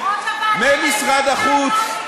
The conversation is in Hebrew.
ממשרד החוץ.